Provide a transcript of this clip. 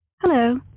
Hello